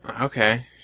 Okay